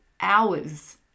hours